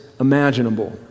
imaginable